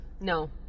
No